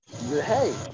Hey